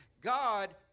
God